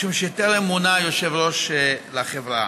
משום שטרם מונה יושב-ראש לחברה.